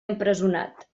empresonat